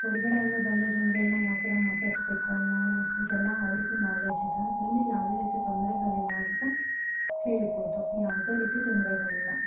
ಹೊರಗಡೆ ಇಂದ ಬಂದ ಜನಗಳ್ನ ಯಾವ್ತರ ಮಾತಾಡಿಸ್ಬೇಕು ಅನ್ನೊ ಇದೆಲ್ಲ ಅವ್ರಿಗು ನಾಲೆಜ್ ಇದೆ ಅದರಿಂದ ಯಾವುದೇ ರೀತಿ ತೊಂದರೆಗಳಿಲ್ಲ ಅಂತ ಹೇಳ್ಬೋದು ಯಾವುದೇ ರೀತಿ ತೊಂದರೆಗಳಿಲ್ಲ